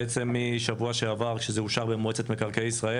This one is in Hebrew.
בעצם משבוע שעבר שזה אושר במועצת מקרקעי ישראל